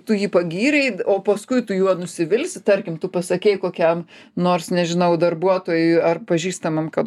tu jį pagyrei o paskui tu juo nusivilsi tarkim tu pasakei kokiam nors nežinau darbuotojui ar pažįstamam kad